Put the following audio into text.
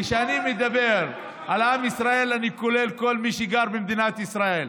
כשאני מדבר על עם ישראל אני כולל כל מי שגר במדינת ישראל.